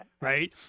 Right